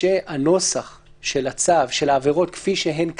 שהנוסח של הצו, של העבירות כפי שהן כיום,